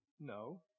no